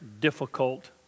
difficult